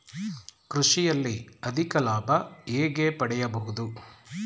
ಕೃಷಿಯಲ್ಲಿ ಅಧಿಕ ಲಾಭ ಹೇಗೆ ಪಡೆಯಬಹುದು?